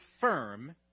firm